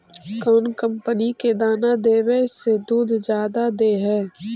कौन कंपनी के दाना देबए से दुध जादा दे है?